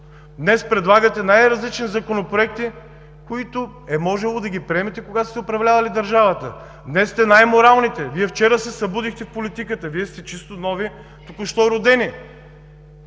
Днес предлагате най-различни законопроекти, които е можело да ги приемете, когато сте управлявали държавата. Днес сте най-моралните. Вие вчера се събудихте в политиката, Вие сте чисто нови, току-що родени!